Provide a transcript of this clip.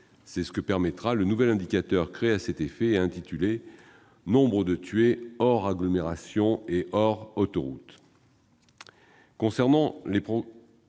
C'est ce que permettra le nouvel indicateur créé à cet effet et intitulé « nombre de tués hors agglomération et hors autoroutes ».